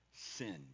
sin